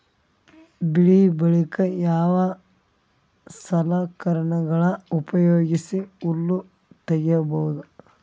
ಬೆಳಿ ಬಳಿಕ ಯಾವ ಸಲಕರಣೆಗಳ ಉಪಯೋಗಿಸಿ ಹುಲ್ಲ ತಗಿಬಹುದು?